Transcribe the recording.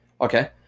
Okay